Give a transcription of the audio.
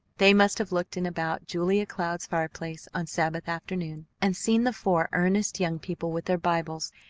they must have looked in about julia cloud's fireplace on sabbath afternoon, and seen the four earnest young people with their bibles,